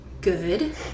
Good